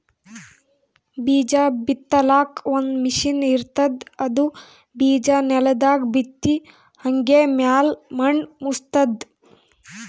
ಬೀಜಾ ಬಿತ್ತಲಾಕ್ ಒಂದ್ ಮಷಿನ್ ಇರ್ತದ್ ಅದು ಬಿಜಾ ನೆಲದಾಗ್ ಬಿತ್ತಿ ಹಂಗೆ ಮ್ಯಾಲ್ ಮಣ್ಣ್ ಮುಚ್ತದ್